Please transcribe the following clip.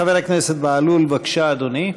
חבר הכנסת בהלול, בבקשה, אדוני.